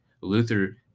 Luther